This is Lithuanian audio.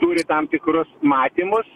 turi tam tikrus matymus